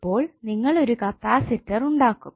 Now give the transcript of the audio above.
അപ്പോൾനിങ്ങൾ ഒരു കപ്പാസിറ്റർ ഉണ്ടാക്കും